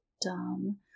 dumb